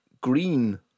green